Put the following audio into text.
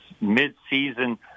mid-season